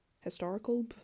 historical